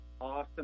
awesome